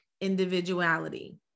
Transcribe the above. individuality